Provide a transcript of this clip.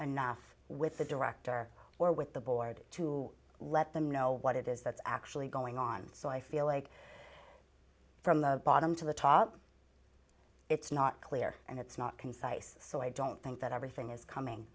enough with the director or with the board to let them know what it is that's actually going on so i feel like from the bottom to the top it's not clear and it's not concise so i don't think that everything is coming